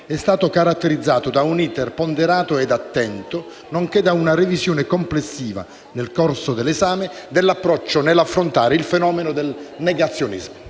è stato caratterizzato da un *iter* ponderato e attento, nonché da una revisione complessiva, nel corso dell'esame, dell'approccio nell'affrontare il fenomeno del negazionismo.